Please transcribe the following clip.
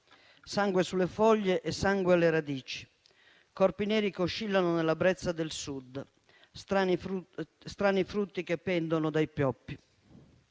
sangue sulle foglie e sangue alle radici, corpi neri che oscillano nella brezza del Sud, strani frutti che pendono dai pioppi».